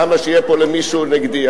למה שיהיה פה למישהו נגדי,